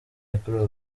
yakorewe